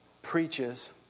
preaches